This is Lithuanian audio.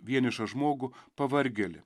vienišą žmogų pavargėlį